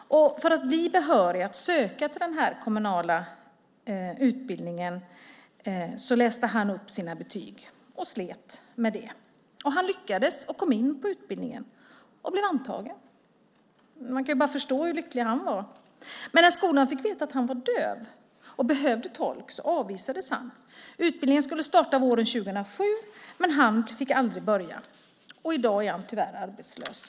För att bli behörig att söka till denna kommunala utbildning läste han upp sina betyg och slet med det. Han lyckades och blev antagen till utbildningen. Man kan förstå hur lycklig han var. Men när skolan fick veta att han var döv och behövde tolk avvisades han. Utbildningen skulle starta våren 2007, men han fick aldrig börja. I dag är han tyvärr arbetslös.